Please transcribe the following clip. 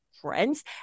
friends